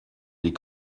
des